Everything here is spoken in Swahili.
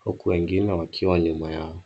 huku wengine wakiwa nyuma yao.